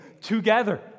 together